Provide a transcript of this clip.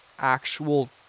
actual